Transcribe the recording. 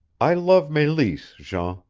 i love meleese, jean.